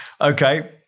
Okay